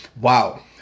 Wow